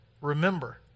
remember